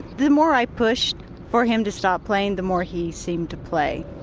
the more i pushed for him to stop playing, the more he seemed to play.